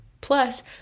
Plus